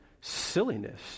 silliness